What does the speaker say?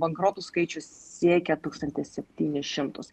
bankrotų skaičius siekė tūkstantį septynis šimtus